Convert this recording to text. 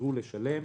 שחזרו לשלם.